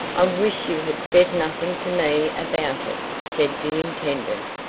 i wish you had said nothing to me about it, said the intendant,